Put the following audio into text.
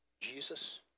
Jesus